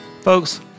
Folks